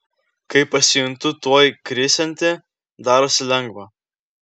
kai pasijuntu tuoj krisianti darosi lengva